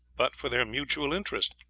but for their mutual interest,